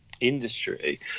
industry